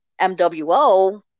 MWO